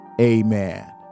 amen